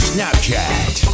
Snapchat